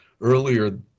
earlier